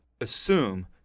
assume